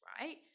right